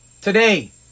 today